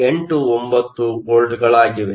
89 ವೋಲ್ಟ್ಗಳಾಗಿವೆ